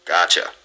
Gotcha